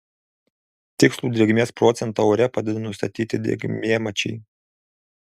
tikslų drėgmės procentą ore padeda nustatyti drėgmėmačiai